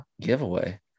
giveaway